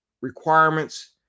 requirements